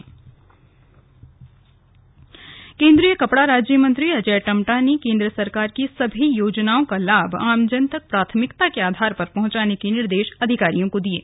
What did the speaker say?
slug Ajay Tamta केंद्रीय कपड़ा राज्य मंत्री अजय टम्टा ने केंद्र सरकार की सभी योजनाओं का लाभ आमजन तक प्राथमिकता के आधार पर पहुंचाने के निर्देश अधिकारियों को दिये हैं